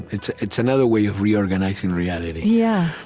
it's it's another way of reorganizing reality yeah,